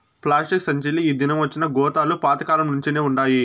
plastic సంచీలు ఈ దినమొచ్చినా గోతాలు పాత కాలంనుంచే వుండాయి